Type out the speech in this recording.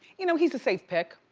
you know, he's a safe pick.